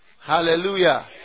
Hallelujah